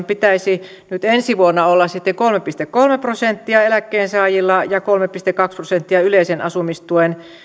pitäisi nyt ensi vuonna olla sitten kolme pilkku kolme prosenttia eläkkeensaajilla ja kolme pilkku kaksi prosenttia yleisen asumistuen